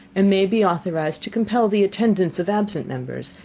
and may be authorized to compel the attendance of absent members,